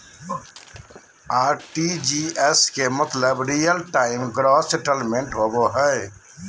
RTGS के मतलब real time gross settlement होबो हय